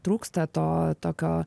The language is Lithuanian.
trūksta to tokio